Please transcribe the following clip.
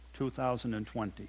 2020